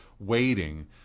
Waiting